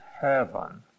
heaven